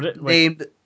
Named